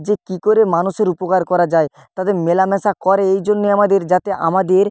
যে কী করে মানুষের উপকার করা যায় তাদের মেলামেশা করে এই জন্যে আমাদের যাতে আমাদের